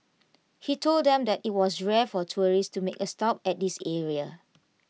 he told them that IT was rare for tourists to make A stop at this area